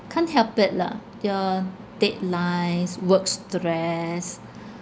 can't help it lah your deadlines work stress